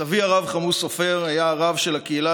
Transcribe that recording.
סבי הרב כמוס סופר היה הרב של הקהילה